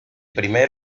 primer